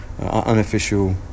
unofficial